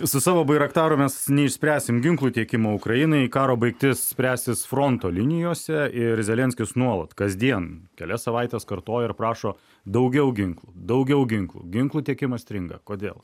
su savo bairaktaru mes neišspręsim ginklų tiekimo ukrainai karo baigtis spręsis fronto linijose ir zelenskis nuolat kasdien kelias savaites kartoja ir prašo daugiau ginklų daugiau ginklų ginklų tiekimas stringa kodėl